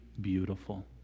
beautiful